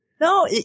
No